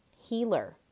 healer